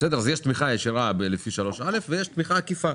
יש תמיכה ישירה לפי 3א, ויש תמיכה עקיפה.